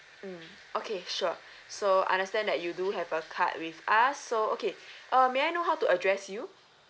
mm okay sure so understand that you do have a card with us so okay uh may I know how to address you